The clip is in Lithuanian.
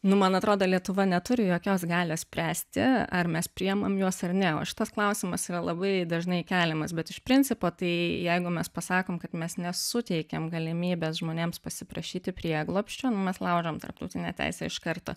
nu man atrodo lietuva neturi jokios galios spręsti ar mes priimam juos ar ne o šitas klausimas yra labai dažnai keliamas bet iš principo tai jeigu mes pasakom kad mes nesuteikėm galimybės žmonėms pasiprašyti prieglobsčio nu mes laužom tarptautinę teisę iš karto